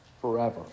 forever